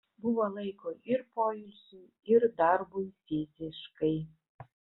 buvo laiko ir poilsiui ir darbui fiziškai